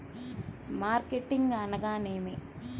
Marketing అనగానేమి?